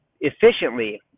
efficiently